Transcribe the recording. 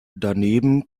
daneben